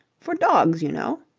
for dogs, you know.